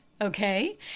Okay